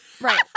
Right